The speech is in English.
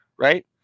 Right